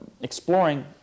exploring